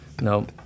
no